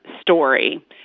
story